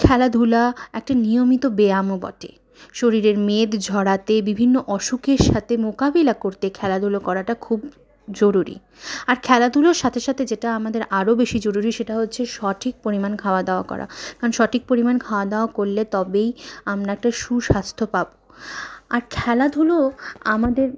খেলাধুলা একটি নিয়মিত ব্যায়ামও বটে শরীরের মেদ ঝরাতে বিভিন্ন অসুখের সাথে মোকাবিলা করতে খেলাধুলো করাটা খুব জরুরি আর খেলাধুলোর সাথে সাথে যেটা আমাদের আরও বেশি জরুরি সেটা হচ্ছে সঠিক পরিমাণ খাওয়া দাওয়া করা কারণ সঠিক পরিমাণ খাওয়া দাওয়া করলে তবেই আমরা একটা সুস্বাস্থ্য পাবো আর খেলাধুলো আমাদের